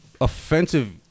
offensive